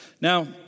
now